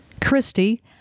Christy